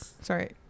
Sorry